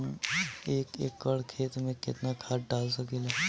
हम एक एकड़ खेत में केतना खाद डाल सकिला?